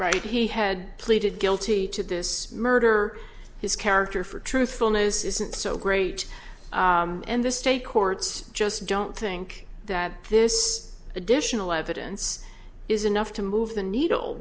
right he had pleaded guilty to this murder his character for truthfulness isn't so great and the state courts just don't think that this additional evidence is enough to move the needle